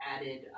added